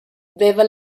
haveva